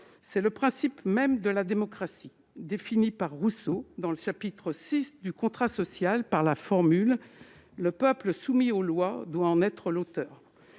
C'est le principe même de la démocratie, défini par Rousseau dans le chapitre VI du livre II du par la formule :« Le Peuple soumis aux lois en doit être l'auteur.